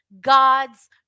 God's